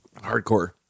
Hardcore